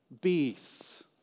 beasts